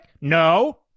No